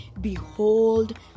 Behold